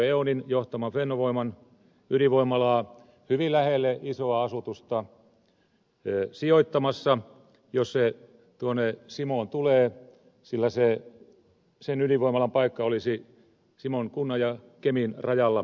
onin johtaman fennovoiman ydinvoimalaa hyvin lähelle isoa asutusta sijoittamassa jos se tuonne simoon tulee sillä sen ydinvoimalan paikka olisi simon kunnan ja kemin rajalla